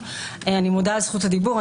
אני מודה על זכות הדיבור.